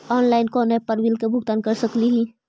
Online कोन app से bill के भुगतान कर सकली ही?